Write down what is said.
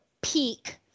Peak